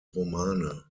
romane